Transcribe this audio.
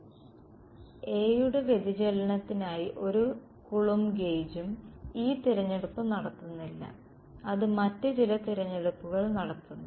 A യുടെ വ്യതിചലനത്തിനായി ഒരു കൂളോoബ്സ് ഗേയ്ജും Coulombs gauge ഈ തിരഞ്ഞെടുപ്പ് നടത്തുന്നില്ല അത് മറ്റ് ചില തിരഞ്ഞെടുപ്പുകൾ നടത്തുന്നു